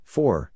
Four